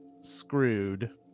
screwed